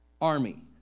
army